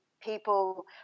people